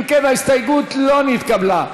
אם כן, ההסתייגות לא נתקבלה.